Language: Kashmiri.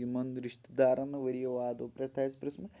یِمن رِشتدارن نہٕ ؤری وادو پٮ۪ٹھ تہِ آسہِ پرژَھمُت